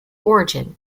origin